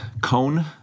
cone